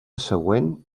següent